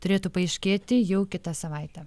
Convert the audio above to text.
turėtų paaiškėti jau kitą savaitę